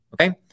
okay